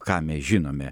ką mes žinome